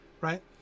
right